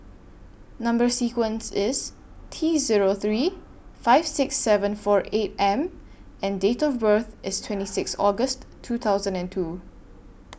Number sequence IS T Zero three five six seven four eight M and Date of birth IS twenty six August two thousand and two